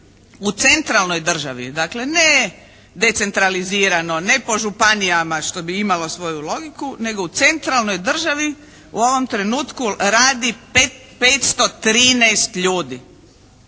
u centralnoj državi, dakle ne decentralizirano, ne po županijama što bi imalo svoju logiku nego u centralnoj državi u ovom trenutku radi 513 ljudi.